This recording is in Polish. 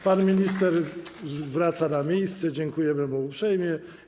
Pan minister wraca na miejsce, dziękujemy mu uprzejmie.